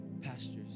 pastures